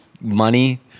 money